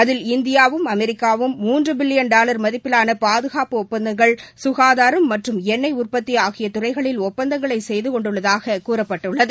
அதில் இந்தியாவும் அமெரிக்காவும் மூன்று பில்லியன் டால் மதிப்பிலான பாதுகாப்புத் ஒப்பந்தங்கள் சுகாதாரம் மற்றும் எண்ணெய் உற்பத்தி ஆகிய துறைகளில் ஒப்பந்தங்களை செய்து கொண்டுள்ளதாகக் கூறப்பட்டுள்ளது